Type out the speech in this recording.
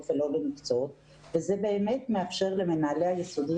ולא מקצועות ובאמת זה מאפשר למנהלי בתי הספר היסודיים